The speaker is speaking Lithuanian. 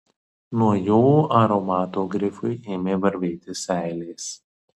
nuo jų aromato grifui ėmė varvėti seilės